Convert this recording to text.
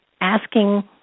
asking